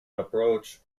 approach